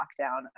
lockdown